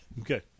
Okay